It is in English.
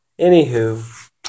Anywho